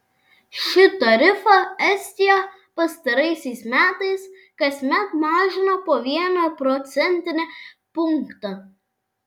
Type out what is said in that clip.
šį tarifą estija pastaraisiais metais kasmet mažino po vieną procentinį punktą